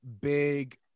big